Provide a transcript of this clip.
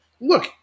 look